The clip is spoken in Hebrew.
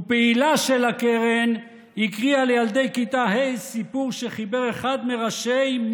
ופעילה של הקרן הקריאה לילדי כיתה ה' סיפור שחיבר אחד מראשי,